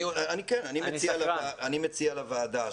אני אחראית על החינוך החברתי-קהילתי במדינת ישראל.